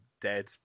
dead